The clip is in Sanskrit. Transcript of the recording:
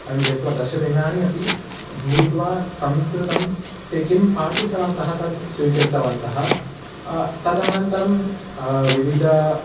वयं गत्वा दशदिनानि अपि भूत्वा संस्कृतं ते किं पाठितवन्तः तद् स्वीकृतवन्तः तदनन्तरं विविध